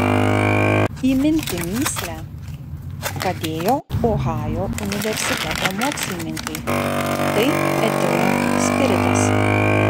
įminti mįslę padėjo ohajo universiteto mokslininkai tai etilo spiritas